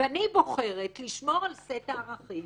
ואני בוחרת לשמור על סט הערכים